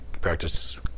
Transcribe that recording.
practice